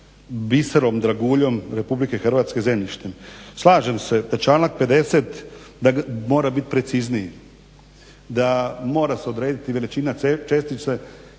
biserom, draguljem RH zemljištem. Slažem se, članak 50. mora bit precizniji. Da mora se odrediti veličina čestice,